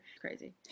Crazy